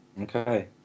Okay